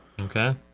Okay